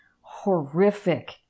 horrific